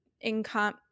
Income